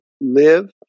live